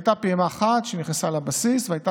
הייתה פעימה אחת שנכנסה לבסיס והייתה